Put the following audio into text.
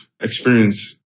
experience